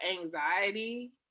anxiety